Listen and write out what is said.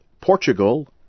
Portugal